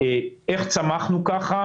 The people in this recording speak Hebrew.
איך צמחנו כך?